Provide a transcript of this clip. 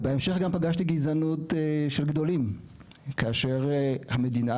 ובהמשך גם פגשתי גזענות של גדולים כאשר המדינה,